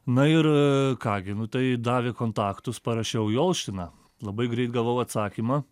na ir ką gi nu tai davė kontaktus parašiau į olštyną labai greit gavau atsakymą